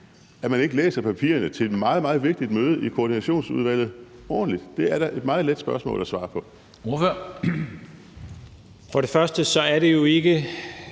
at man ikke læser papirerne til et meget, meget vigtigt møde i Koordinationsudvalget ordentligt? Det er da et meget let spørgsmål at svare på. Kl. 09:36 Formanden (Henrik